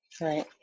right